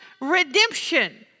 redemption